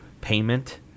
payment